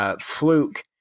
fluke